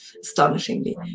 Astonishingly